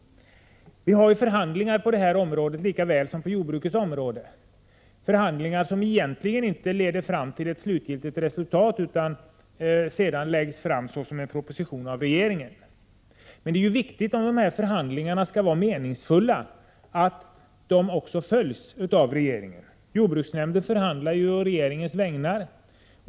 Vi har förhandlingar på detta område lika väl som på jordbrukets område, förhandlingar som egentligen inte leder fram till ett slutgiltigt avtal, utan läggs fram såsom en proposition av regeringen. Om dessa förhandlingar skall vara meningsfulla är det viktigt att de också följs av regeringen. Jordbruksnämnden förhandlar på regeringens vägnar.